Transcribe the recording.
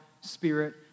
Spirit